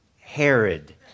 Herod